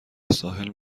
ساحل